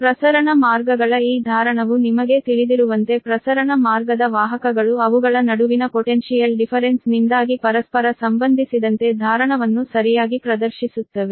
ಪ್ರಸರಣ ಮಾರ್ಗಗಳ ಈ ಧಾರಣವು ನಿಮಗೆ ತಿಳಿದಿರುವಂತೆ ಪ್ರಸರಣ ಮಾರ್ಗದ ವಾಹಕಗಳು ಅವುಗಳ ನಡುವಿನ ಪೊಟೆನ್ಶಿಯಲ್ ಡಿಫರೆನ್ಸ್ ನಿಂದಾಗಿ ಪರಸ್ಪರ ಸಂಬಂಧಿಸಿದಂತೆ ಧಾರಣವನ್ನು ಸರಿಯಾಗಿ ಪ್ರದರ್ಶಿಸುತ್ತವೆ